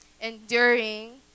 Enduring